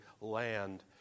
land